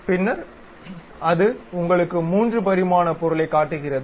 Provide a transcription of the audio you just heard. பின்னர் அது உங்களுக்கு 3 பரிமாண பொருளைக் காட்டுகிறது